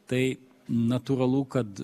tai natūralu kad